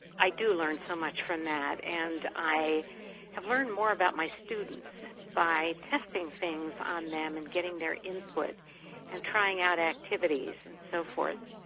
i do learn so much from that and i have learned more about my students by testing things on them and getting their input and trying out activities and so forth.